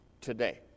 today